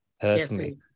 personally